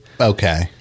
Okay